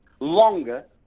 longer